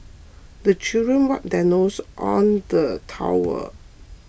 the children wipe their noses on the towel